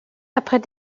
après